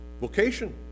vocation